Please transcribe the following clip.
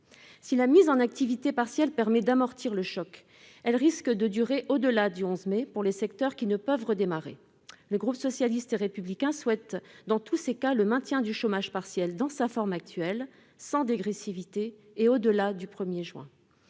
Si la mise en activité partielle permet d'amortir le choc, elle risque d'aller au-delà du 11 mai pour les secteurs qui ne peuvent redémarrer. Le groupe socialiste et républicain souhaite, dans tous ces cas, le maintien du chômage partiel dans sa forme actuelle, sans dégressivité et au-delà du 1 juin.